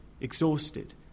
exhausted